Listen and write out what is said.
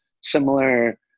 similar